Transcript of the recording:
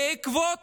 בעקבות